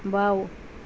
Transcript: বাঁও